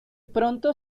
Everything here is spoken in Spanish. pronto